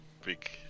Big